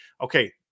okay